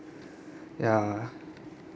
ya